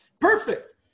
Perfect